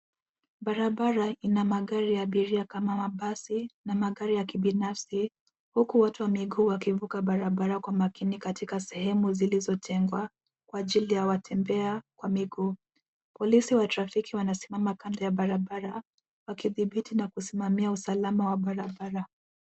Barabara ina magari ya abiria kama mabasi, na magari ya kibinfsi huku watu wa miguu wakivuka barabara kwa makini katika sehemu zilizotengwa kwa ajili ya watembea kwa miguu. Polisi wa trafiki wanasimama kando ya barabara wakidhibiti na kusimamia usalama wa barabara.